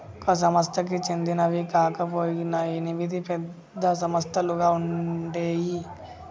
ఒక సంస్థకి చెందినవి కాకపొయినా ఎనిమిది పెద్ద సంస్థలుగా ఉండేయ్యి